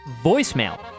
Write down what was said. voicemail